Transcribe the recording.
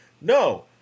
no